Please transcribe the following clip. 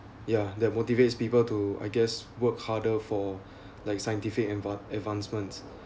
ya that motivates people to I guess work harder for like scientific adva~ advancements